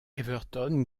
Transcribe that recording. everton